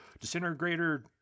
disintegrator